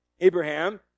Abraham